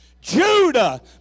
Judah